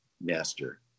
master